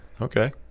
Okay